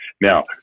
Now